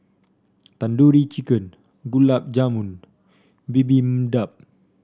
Tandoori Chicken Gulab Jamun Bibimbap